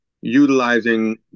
utilizing